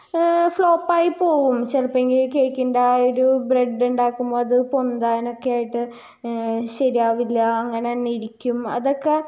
ഫ്ലോപ്പായി പോകും ചിലപ്പം എങ്കിൽ കേക്കിൻ്റെ ആ ഒരു ബ്രഡ് ഉണ്ടാക്കുമ്പോൾ അത് പൊന്താനക്കെയായിട്ട് ശെരിയാവില്ല അങ്ങനെ തന്നെ ഇരിക്കും അതൊക്കെ